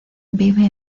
vive